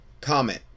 Comment